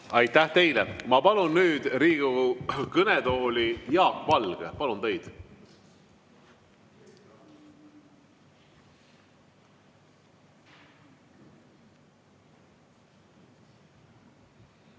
Aitäh teile! Ma palun nüüd Riigikogu kõnetooli Jaak Valge. Palun teid!